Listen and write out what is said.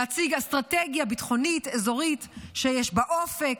להציג אסטרטגיה ביטחונית-אזורית שיש בה אופק,